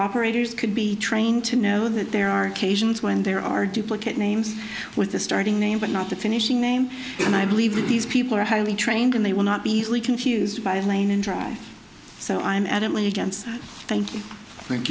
operators could be trained to know that there are cajuns when there are duplicate names with the starting name but not the finishing name and i believe that these people are highly trained and they will not be easily confused by a plain and dry so i am adamantly against thank you thank